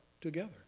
together